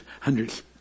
hundreds